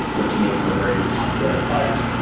which made for a very popular product.